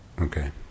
Okay